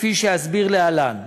כפי שאסביר להלן.